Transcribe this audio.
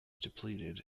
depleted